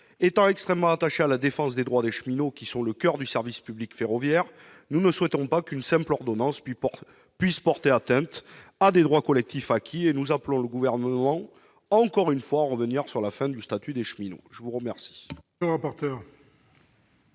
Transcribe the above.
Étant extrêmement attachés à la défense des droits des cheminots, qui sont le coeur du service public ferroviaire, nous ne souhaitons pas qu'une simple ordonnance puisse porter atteinte à des droits collectifs acquis. Nous appelons encore une fois le Gouvernement à revenir sur l'extinction du statut des cheminots. Quel